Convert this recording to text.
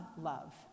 love